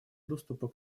доступа